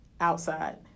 outside